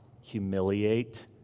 humiliate